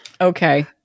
Okay